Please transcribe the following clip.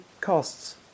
costs